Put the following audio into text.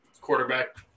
quarterback